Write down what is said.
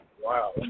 Wow